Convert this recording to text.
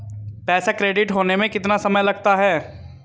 पैसा क्रेडिट होने में कितना समय लगता है?